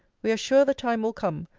we are sure the time will come,